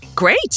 Great